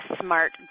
SMART